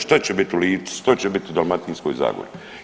Što će biti u Lici, što će biti u Dalmatinskoj zagori.